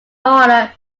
order